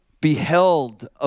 beheld